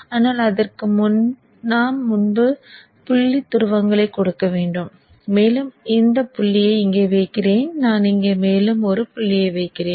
ஆனால் அதற்கு முன் நாம் புள்ளி துருவங்களைக் கொடுக்க வேண்டும் மேலும் இந்த புள்ளியை இங்கே வைக்கிறேன் நான் இங்கே மேலும் ஒரு புள்ளியை வைக்கிறேன்